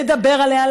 לדבר עליה,